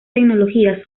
tecnologías